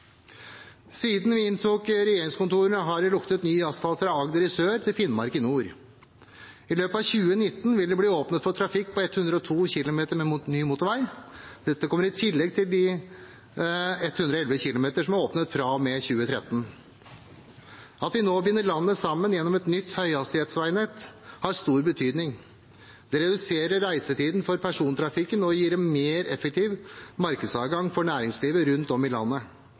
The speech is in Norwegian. Siden vi inntok regjeringskontorene, har det luktet ny asfalt fra Agder i sør til Finnmark i nord. I løpet av 2019 vil det bli åpnet for trafikk på 102 kilometer med ny motorvei. Dette kommer i tillegg til de 111 kilometerne som er åpnet fra og med 2013. At vi nå binder landet sammen gjennom et nytt høyhastighetsveinett, har stor betydning. Det reduserer reisetiden for persontrafikken og gir en mer effektiv markedsadgang for næringslivet rundt om i landet.